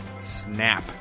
Snap